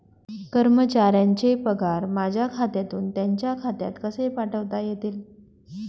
कर्मचाऱ्यांचे पगार माझ्या खात्यातून त्यांच्या खात्यात कसे पाठवता येतील?